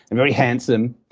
and very handsome,